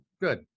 Good